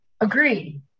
agree